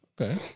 Okay